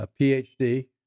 PhD